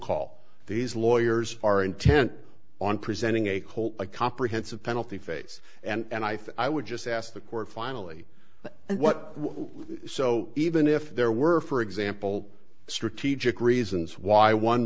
call these lawyers are intent on presenting a whole a comprehensive penalty phase and i think i would just ask the court finally and what so even if there were for example strategic reasons why one